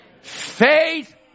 Faith